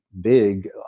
big